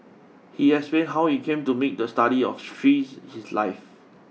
he explained how he came to make the study of trees his life